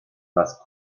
las